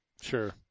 Sure